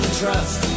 trust